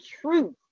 truth